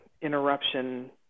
interruption